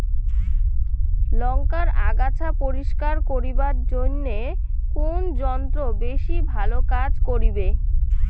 লংকার আগাছা পরিস্কার করিবার জইন্যে কুন যন্ত্র বেশি ভালো কাজ করিবে?